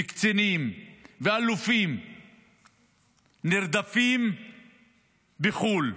קצינים ואלופים נרדפים בחו"ל?